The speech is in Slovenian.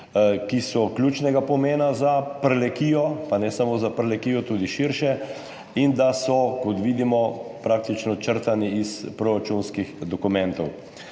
ki so ključnega pomena za Prlekijo, pa ne samo za Prlekijo, tudi širše, in so, kot vidimo, praktično črtani iz proračunskih dokumentov.